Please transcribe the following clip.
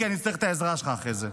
כי אני אצטרך את העזרה שלך אחרי זה.